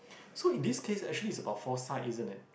so in this case it's actually about foresight isn't it